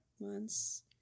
months